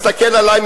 מסתכל עלי,